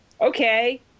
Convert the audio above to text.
okay